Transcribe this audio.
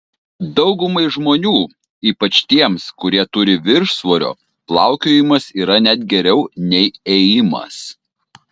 daugumai žmonių ypač tiems kurie turi viršsvorio plaukiojimas yra net geriau nei ėjimas